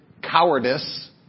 Cowardice